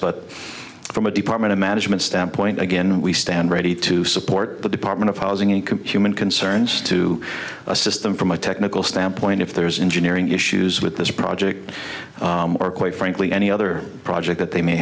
but from a department of management standpoint again we stand ready to support the department of housing and computer in concerns to a system from a technical standpoint if there is an engineering issues with this project or quite frankly any other project that they may